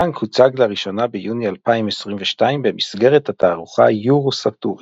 הטנק הוצג לראשונה ביוני 2022 במסגרת התערוכה יורוסאטורי.